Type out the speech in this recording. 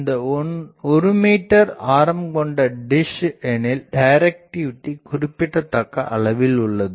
இந்த 1 மீட்டர் ஆரம் கொண்ட டிஷ் எனில் டைரக்டிவிடி குறிப்பிடத்தக்க அளவு உள்ளது